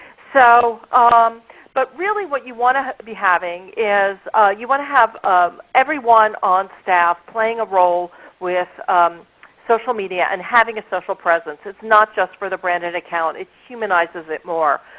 so um but really what you want to be having, is you want to have um everyone on staff playing a role with social media, and having a social presence. it's not just for the branded account, it humanizes it more.